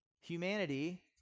humanity